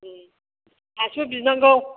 पास्स' बिनांगौ